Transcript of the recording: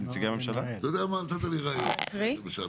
שאלה.